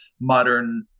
modern